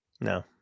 No